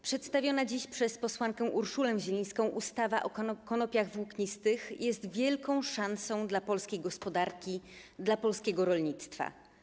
Przedstawiona dziś przez posłankę Urszulę Zielińską ustawa o konopiach włóknistych jest wielką szansą dla polskiej gospodarki, dla polskiego rolnictwa.